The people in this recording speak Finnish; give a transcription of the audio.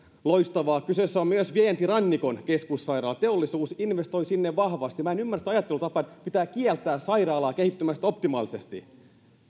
loistavaa kyseessä on myös vientirannikon keskussairaala teollisuus investoi sinne vahvasti minä en ymmärrä sitä ajattelutapaa että pitää kieltää sairaalaa kehittymästä optimaalisesti